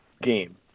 game